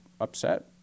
upset